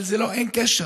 אבל אין קשר.